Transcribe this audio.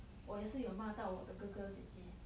我也是有骂到我的哥哥姐姐